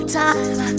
time